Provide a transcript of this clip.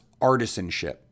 artisanship